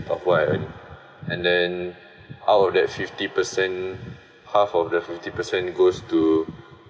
of what I earn and then out of that fifty percent half of the fifty percent goes to